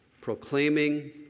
proclaiming